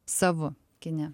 savu kine